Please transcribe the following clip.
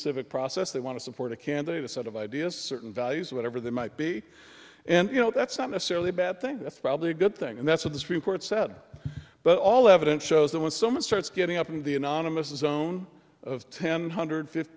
civic process they want to support a candidate a set of ideas certain values whatever that might be and you know that's not necessarily a bad thing that's probably a good thing and that's what the supreme court said but all the evidence shows that when someone starts getting up in the unanimous zone of ten hundred fifty